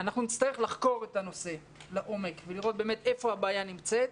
נצטרך לחקור את הנושא לעומק ולראות איפה הבעיה נמצאת,